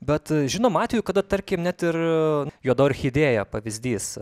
bet žinom atvejų kada tarkim net ir juoda orchidėja pavyzdys